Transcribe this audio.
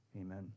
Amen